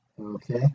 okay